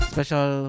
Special